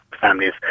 families